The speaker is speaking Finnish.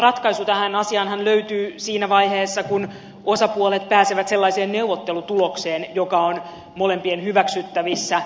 ratkaisu tähän asiaanhan löytyy siinä vaiheessa kun osapuolet pääsevät sellaiseen neuvottelutulokseen joka on molempien hyväksyttävissä